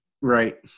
Right